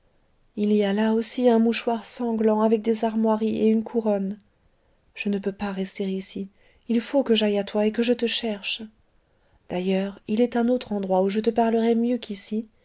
il y a là aussi un mouchoir sanglant avec des armoiries et une couronne je ne peux pas rester ici il faut que j'aille à toi et que je te cherche d'ailleurs il est un autre endroit où je te parlerai mieux qu'ici